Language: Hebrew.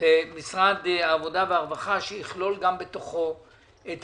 למשרד העבודה והרווחה שיכלול בתוכו גם